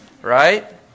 Right